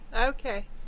Okay